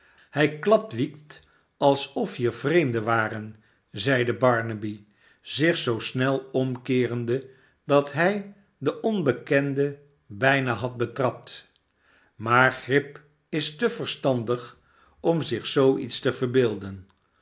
hij klapwiekt alsof hier vreemden waren zeide barnaby zich zoo snel omkeerende dat hij den onbekende bijna had betrapt maar grip is te yerstandig om zich zoo iets te verbeelden